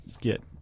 get